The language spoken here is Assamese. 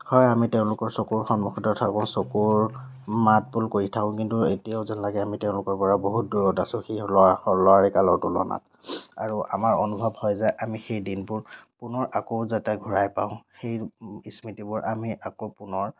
হয় আমি তেওঁলোকৰ চকুৰ সন্মূখতে থাকো চকুৰ মাত বোল কৰি থাকোঁ কিন্তু এতিয়াও যেন লাগে আমি তেওঁলোকৰ পৰা বহুত দূৰত আছো সেই ল'ৰা ল'ৰালি কালৰ তুলনাত আৰু আমাৰ অনুভৱ হয় যেন আমি সেই দিনবোৰ পুনৰ আকৌ যাতে ঘূৰাই পাওঁ সেই স্মৃতিবোৰ আমি আকৌ পুনৰ